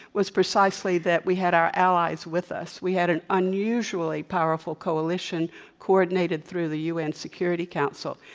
was precisely that we had our allies with us. we had an unusually powerful coalition coordinated through the u. n. security council.